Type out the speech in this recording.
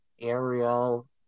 Ariel